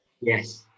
Yes